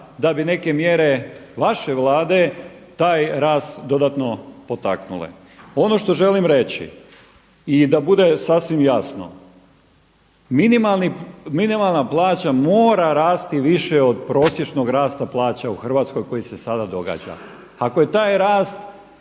da bi neke mjere vaše Vlade taj rast dodatno potaknule. Ono što želim reći i da bude sasvim jasno, minimalna plaća mora rasti više od prosječnog rasta plaća u Hrvatskoj koji se sada događa. Ako je taj rast